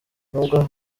nubwo